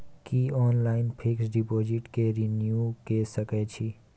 की online fix deposit के renew के सकै छी?